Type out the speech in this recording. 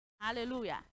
hallelujah